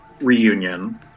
reunion